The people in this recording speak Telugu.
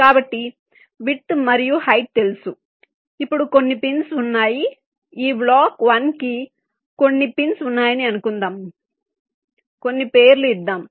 కాబట్టి విడ్త్ మరియు హైట్ తెలుసు ఇప్పుడు కొన్ని పిన్స్ ఉన్నాయి ఈ బ్లాక్ 1 కి కొన్ని పిన్స్ ఉన్నాయని అనుకుందాం కొన్ని పేర్లు ఇద్దాం